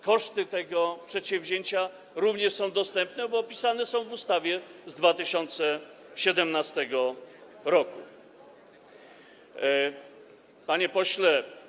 Koszty tego przedsięwzięcia również są dostępne, bo opisane są w ustawie z 2017 r. Panie Pośle!